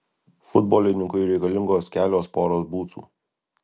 futbolininkui reikalingos kelios poros bucų